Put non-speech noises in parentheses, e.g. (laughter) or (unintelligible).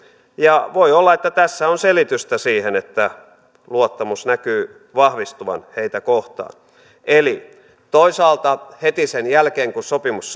ja voi olla että tässä on selitystä siihen että luottamus näkyy vahvistuvan heitä kohtaan eli toisaalta heti sen jälkeen kun sopimus (unintelligible)